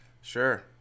Sure